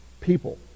people